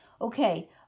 Okay